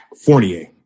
Fournier